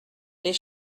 les